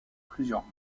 plusieurs